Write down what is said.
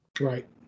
right